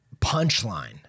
punchline